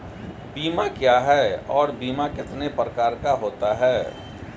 बीमा क्या है और बीमा कितने प्रकार का होता है?